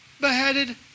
beheaded